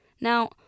Now